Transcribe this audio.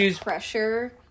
pressure